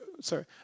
sorry